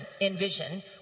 envision